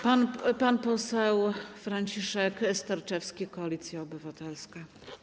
Pan poseł Franciszek Sterczewski, Koalicja Obywatelska.